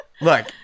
Look